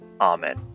Amen